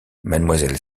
mademoiselle